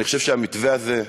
אני חושב שהמתווה הזה,